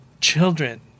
children